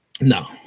no